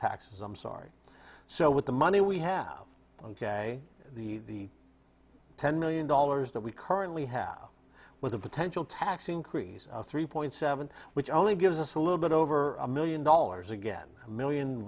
taxes i'm sorry so with the money we have on the ten million dollars that we currently have with a potential tax increase of three point seven which only gives us a little bit over a million dollars again a million